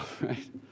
Right